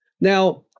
Now